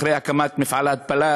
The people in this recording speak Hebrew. אחרי הקמת מפעל ההתפלה,